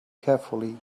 carefully